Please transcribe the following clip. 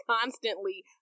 constantly